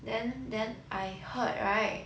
then then I heard right